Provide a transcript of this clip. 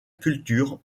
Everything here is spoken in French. culture